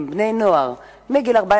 לוד, רבותי?